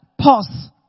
pause